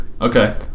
Okay